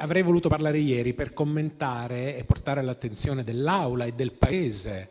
Avrei voluto parlare ieri per commentare e portare all’attenzione dell’Assemblea e del Paese